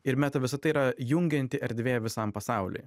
ir meta visata yra jungianti erdvė visam pasaulyje